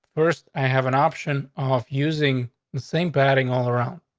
first, i have an option off using the same batting all around.